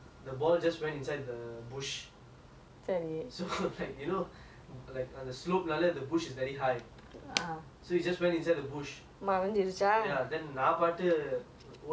so like you know like on the slope near the bush is very high so it just went inside the bush ya then நான் பாட்டுக்கு ஓட்டிட்டு போறேன்:naa paatuku ottitu poraen lah I mean like how is it my I mean it's not my fault [what]